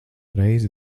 reizi